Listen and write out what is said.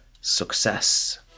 success